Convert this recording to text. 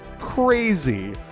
crazy